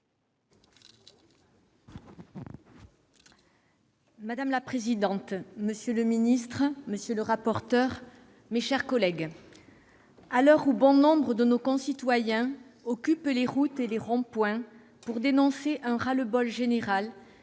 Madame la présidente, monsieur le secrétaire d'État, mes chers collègues, à l'heure où bon nombre de nos concitoyens occupent les routes et les ronds-points pour dénoncer un ras-le-bol général,